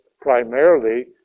primarily